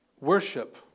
Worship